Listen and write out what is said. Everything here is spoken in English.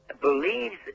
believes